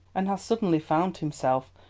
and has suddenly found himself,